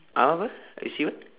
!huh! apa what I say what